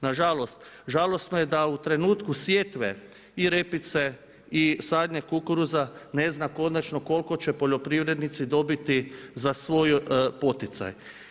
Nažalost, žalosno je da u trenutku sjetve i repice i sadnje kukuruza ne zna konačno koliko će poljoprivrednici dobiti za svoj poticaj.